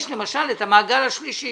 יש למשל את המעגל השלישי